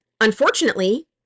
Unfortunately